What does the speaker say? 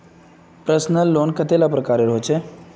Personal loan कतेला प्रकारेर होचे?